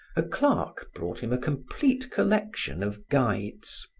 a clerk brought him a complete collection of guides.